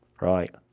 right